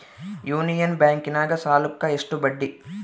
Union ಬ್ಯಾಂಕಿನಾಗ ಸಾಲುಕ್ಕ ಎಷ್ಟು ಬಡ್ಡಿ?